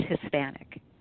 hispanic